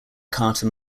carter